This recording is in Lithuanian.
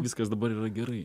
viskas dabar yra gerai